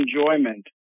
enjoyment